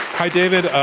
hi, david.